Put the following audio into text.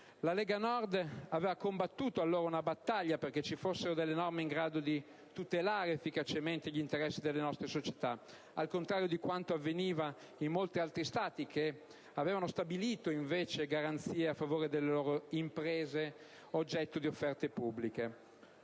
all'epoca, aveva combattuto una battaglia perché vi fossero norme in grado di tutelare efficacemente gli interessi delle nostre società, come avveniva in molti altri Stati che avevano infatti stabilito garanzie a favore delle loro imprese oggetto di offerte pubbliche.